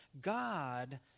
God